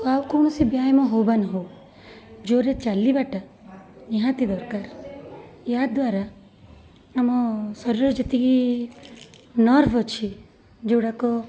ଆଉ କୌଣସି ବ୍ୟାୟାମ ହଉ ବା ନହଉ ଜୋରରେ ଚାଲିବାଟା ନିହାତି ଦରକାର ଏହାଦ୍ଵାରା ଆମ ଶରୀର ଯେତିକି ନର୍ଭ ଅଛି ଯୋଉଗୁଡ଼ାକ